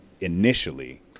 initially